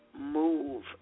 move